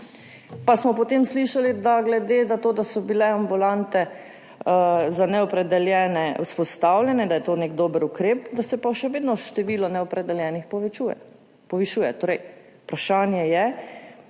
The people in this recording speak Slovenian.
pa smo potem slišali, da glede na to, da so bile vzpostavljene ambulante za neopredeljene, da je to nek dober ukrep, da se pa še vedno število neopredeljenih povišuje. Torej, vprašanje je,